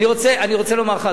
אני רוצה לומר לך,